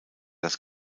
das